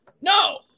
No